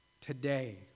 today